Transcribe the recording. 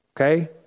Okay